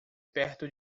perto